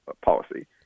policy